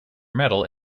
medal